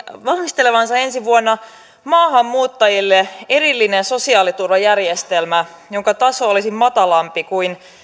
valmistelevansa ensi vuonna maahanmuuttajille erillisen sosiaaliturvajärjestelmän jonka taso olisi matalampi kuin